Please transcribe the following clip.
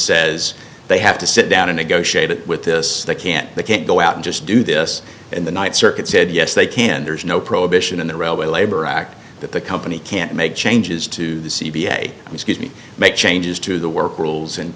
says they have to sit down and negotiate it with this they can't they can't go out and just do this and the ninth circuit said yes they can there's no prohibition in the railway labor act that the company can't make changes to the c b a excuse me make changes to the work rules and